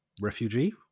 refugee